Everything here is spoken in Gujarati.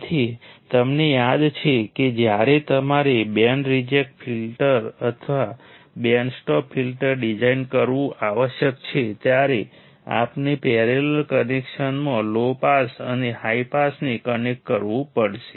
તેથી તમને યાદ છે કે જ્યારે તમારે બેન્ડ રિજેક્ટ ફિલ્ટર અથવા બેન્ડ સ્ટોપ ફિલ્ટર ડિઝાઇન કરવું આવશ્યક છે ત્યારે તમારે પેરેલલ કનેક્શનમાં લો પાસ અને હાઇ પાસને કનેક્ટ કરવું પડશે